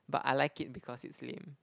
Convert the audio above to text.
but I like it because it's lame